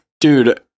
dude